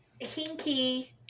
hinky